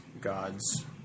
God's